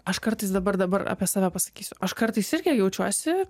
aš kartais dabar dabar apie save pasakysiu aš kartais irgi jaučiuosi